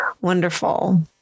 Wonderful